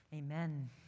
Amen